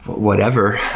whatever,